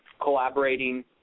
collaborating